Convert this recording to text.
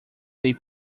they